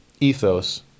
ethos